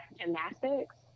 gymnastics